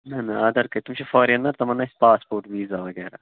نہ نہ آدار کتہِ تِم چھِ فارنَر تِمَن آسہِ پاسپوٹ ویٖزا وغیرہ